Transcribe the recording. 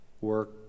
Work